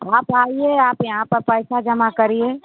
आप आइए आप यहाँ पर पैसा जमा करिए